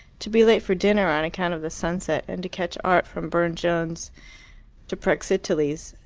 to be late for dinner on account of the sunset, and to catch art from burne-jones to praxiteles.